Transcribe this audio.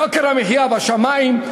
יוקר המחיה בשמים,